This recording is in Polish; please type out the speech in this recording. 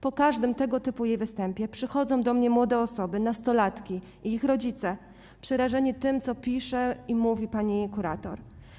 Po każdym tego typu jej występie przychodzą do mnie młode osoby, nastolatki i ich rodzice przerażeni tym, co pisze i mówi pani kurator.